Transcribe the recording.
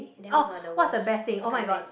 then what about the worst uh best